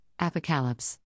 Apocalypse